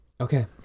okay